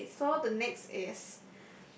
okay the next is